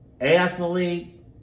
athlete